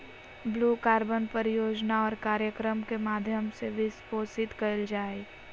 blue carbon परियोजना और कार्यक्रम के माध्यम से वित्तपोषित कइल जा हइ